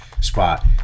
spot